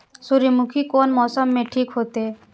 सूर्यमुखी कोन मौसम में ठीक होते?